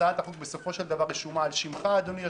הצעת החוק הזאת רשומה על שמך, אדוני היושב-ראש.